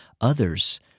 others